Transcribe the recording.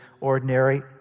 ordinary